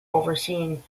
overseen